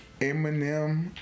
Eminem